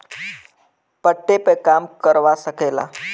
पट्टे पे काम करवा सकेला